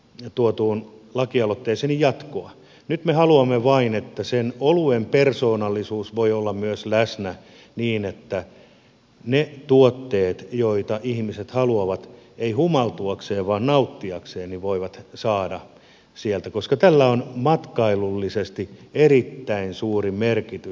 se tuo tuon lakialottesin jatkoa nyt me haluamme vain että sen oluen persoonallisuus voi olla myös läsnä niin että ihmiset voivat saada sieltä ne tuotteet joita he haluavat eivät humaltuakseen vaan nauttiakseen koska tällä on matkailullisesti erittäin suuri merkitys